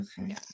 Okay